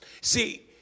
See